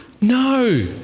No